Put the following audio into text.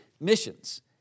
missions